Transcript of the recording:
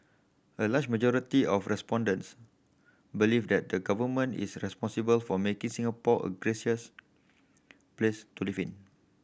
a large majority of respondents believe that the Government is responsible for making Singapore a gracious place to live in